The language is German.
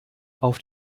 auf